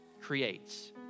creates